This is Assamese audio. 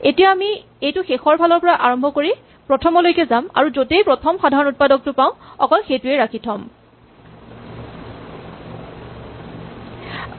এতিয়া আমি এইটো শেষৰ ফালৰ পৰা আৰম্ভ কৰি প্ৰথমলৈকে যাম আৰু য'তেই প্ৰথমে সাধাৰণ উৎপাদকটো পাওঁ অকল সেইটোৱেই ৰাখি থ'ম